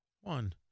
One